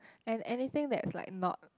and anything that is like not